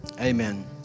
Amen